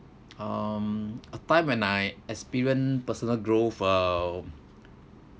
um a time when I experience personal growth uh